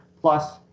Plus